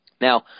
Now –